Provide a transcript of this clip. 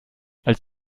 als